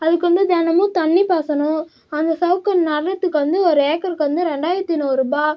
அதுக்கு வந்து தினமும் தண்ணி பாசனும் அந்த சவுக்க நடுகிறத்துக்கு வந்து ஒரு ஏக்கருக்கு வந்து ரெண்டாயிரத்தி நூறுரூபா